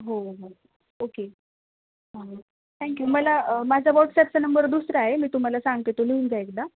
हो हो okay thank you मला माझा वॉट्सॲपचा नंबर दुसरा आहे मी तुम्हाला सांगते तो लिहून घ्या एकदा